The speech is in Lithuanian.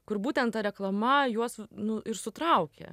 kur būtent ta reklama juos nu ir sutraukė